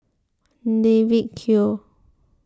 David Kwo